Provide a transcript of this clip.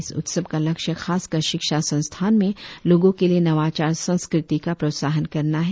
इस उत्सव का लक्ष्य खासकर शिक्षा संस्थान में लोगों के लिए नवाचार संस्कृति का प्रोत्साहन करना है